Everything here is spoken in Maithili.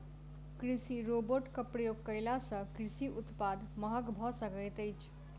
कृषि रोबोटक प्रयोग कयला सॅ कृषि उत्पाद महग भ सकैत अछि